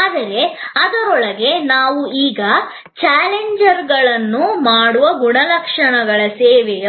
ಆದರೆ ಅದರೊಳಗೆ ನಾವು ಈಗ ಚಾಲೆಂಜರ್ಗಳನ್ನು ಮಾಡುವ ಗುಣಲಕ್ಷಣಗಳು ಸೇವೆಯ